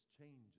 changes